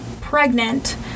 pregnant